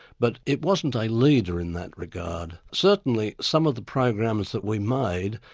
but it wasn't a leader in that regard. certainly some of the programs that we made,